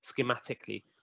schematically